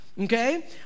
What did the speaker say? Okay